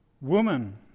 Woman